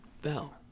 fell